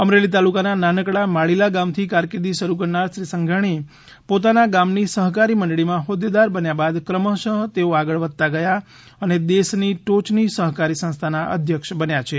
અમરેલી તાલુકાના નાનકડા માળીલા ગામથી કારકિર્દી શરૂ કરનાર શ્રી સંઘાણી પોતાના ગામની સહકારી મંડળીમાં હોદ્દેદાર બન્યા બાદ ક્રમશઃ તેઓ આગળ વધતાં ગયા અને દેશની ટોચની સહકારી સંસ્થાના અધ્યક્ષ બન્યા છે